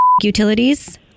Utilities